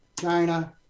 China